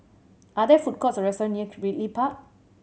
are there food courts or restaurants near Park